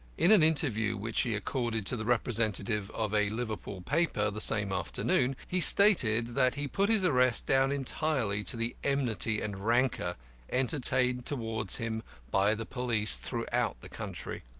in an interview which he accorded to the representative of a liverpool paper the same afternoon, he stated that he put his arrest down entirely to the enmity and rancour entertained towards him by the police throughout the country.